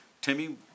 Timmy